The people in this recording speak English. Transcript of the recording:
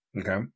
Okay